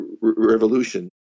revolution